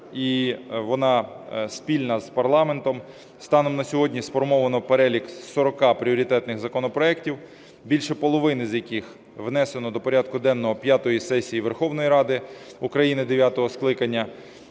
і вона спільна з парламентом. Станом на сьогодні сформовано перелік з 40 пріоритетних законопроектів, більше половини з яких внесено до порядку денного п'ятої сесії Верховної Ради України дев'ятого скликання.